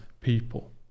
people